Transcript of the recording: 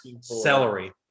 Celery